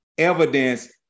evidence